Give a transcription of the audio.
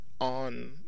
on